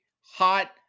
hot